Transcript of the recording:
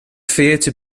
theatre